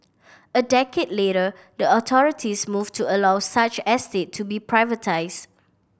a decade later the authorities moved to allow such estate to be privatised